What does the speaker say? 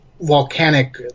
volcanic